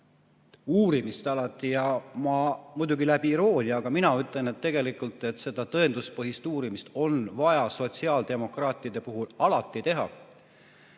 uurimist, muidugi läbi iroonia. Aga mina ütlen, et tegelikult seda tõenduspõhist uurimist on vaja sotsiaaldemokraatide puhul alati teha.